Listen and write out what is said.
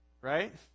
right